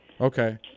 Okay